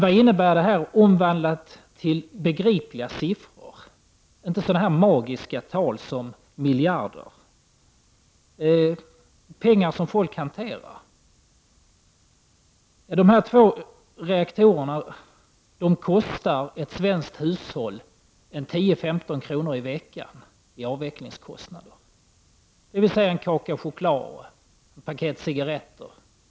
Vad innebär det omvandlat till begripliga siffror och inte så magiska tal som miljarder? Vad betyder det i hanterbara kostnader för folk? Avvecklingskostnaderna för dessa två reaktorer uppgår till 10-15 kr. i veckan för varje svenskt hushåll. Det motsvarar en chokladkaka eller ett paket cigaretter.